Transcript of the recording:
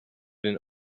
den